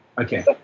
Okay